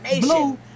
blue